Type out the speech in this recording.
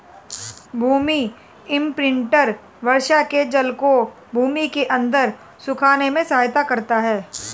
भूमि imprinter वर्षा के जल को भूमि के अंदर सोखने में सहायता करता है